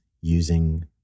using